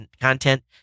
content